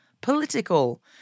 political